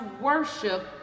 worship